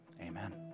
amen